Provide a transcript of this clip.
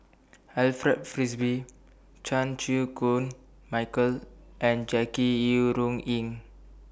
Alfred Frisby Chan Chew Koon Michael and Jackie Yi Ru Ying